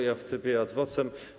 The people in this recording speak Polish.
Ja w trybie ad vocem.